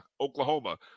Oklahoma